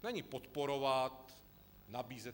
Není podporovat, nabízet.